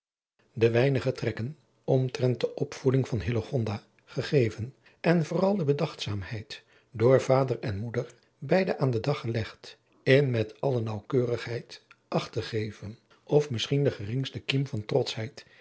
de weinige trekken omtrent de opvoeding van hillegonda gegeven en vooral de bedachtzaamheid door vader en moeder beide aan den dag gelegd in met alle naauwkeurigheid acht te geven of misschien de geringste kliem van trotschheid